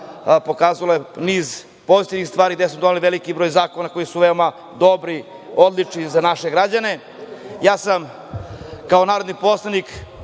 pokazalo je niz pozitivnih stvari, gde su doneti veliki broj zakona koji su veoma dobri, odlični za naše građane. Ja sam kao narodni poslanik